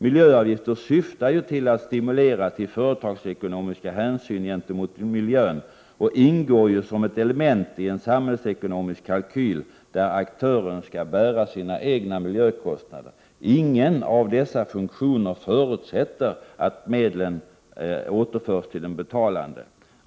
Miljöavgifter syftar ju till att stimulera till företagsekonomiska hänsyn gentemot miljön och ingår som ett element i en samhällsekonomisk kalkyl, där aktören skall bära sina egna miljökostnader. Ingen av dessa funktioner förutsätter att medlen återförs till den betalande.